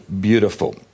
beautiful